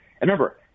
remember